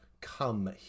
come